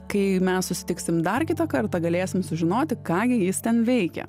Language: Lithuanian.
kai mes susitiksim dar kitą kartą galėsim sužinoti ką gi jis ten veikė